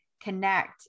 connect